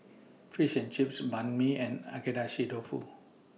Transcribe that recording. Fish and Chips Banh MI and Agedashi Dofu